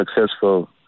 successful